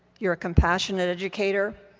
you're a compassionate educator,